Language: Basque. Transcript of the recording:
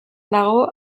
dago